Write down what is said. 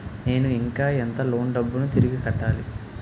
నేను ఇంకా ఎంత లోన్ డబ్బును తిరిగి కట్టాలి?